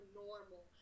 normal